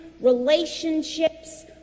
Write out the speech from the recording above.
relationships